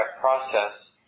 process